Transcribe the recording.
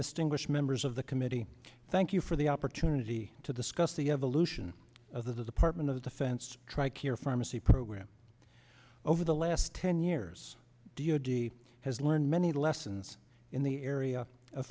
distinguished members of the committee thank you for the opportunity to discuss the evolution of the department of defense tri care pharmacy program over the last ten years d o d has learned many lessons in the area